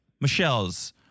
Michelle's